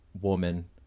woman